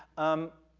um,